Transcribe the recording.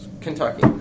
Kentucky